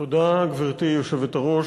גברתי היושבת-ראש,